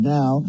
now